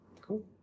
cool